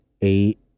eight